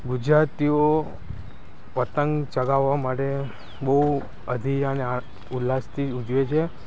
ગુજરાતીઓ પતંગ ચગાવવા માટે બહુ અધીરા અને ઉલ્લાસથી ઉજવે છે